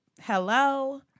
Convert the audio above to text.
hello